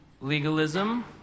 Legalism